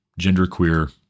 genderqueer